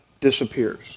disappears